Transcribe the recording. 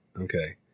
Okay